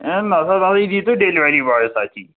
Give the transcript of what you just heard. ہے نسا یہِ دِیو تُہۍ ڈیٚلِؤری بایِس اتھۍ